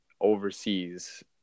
overseas